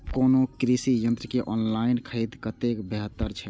कोनो कृषि यंत्र के ऑनलाइन खरीद कतेक बेहतर छै?